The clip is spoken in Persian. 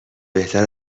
بهتر